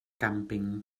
càmping